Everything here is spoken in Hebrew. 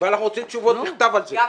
רוצים תשובות בכתב על זה.